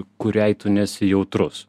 kuriai tu nesi jautrus